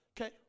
okay